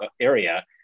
area